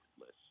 list